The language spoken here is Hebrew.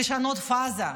לשנות פאזה.